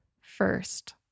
first